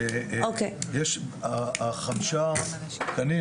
איריס אומרת שהתת צוות הזה אין בסמכותו ולא הקצה שום דבר.